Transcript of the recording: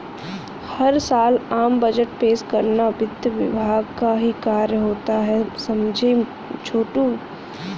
हर साल आम बजट पेश करना वित्त विभाग का ही कार्य होता है समझे छोटू